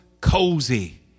cozy